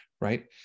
right